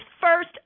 first